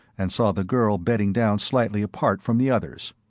and saw the girl bedding down slightly apart from the others.